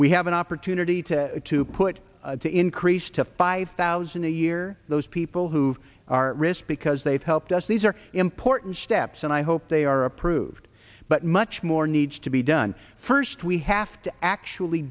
we have an opportunity to to put to increase to five thousand a year those people who are risk because they've helped us these are important steps and i hope they are approved but much more needs to be done first we have to actually